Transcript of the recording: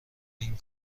این